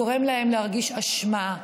גורם להם להרגיש אשמה,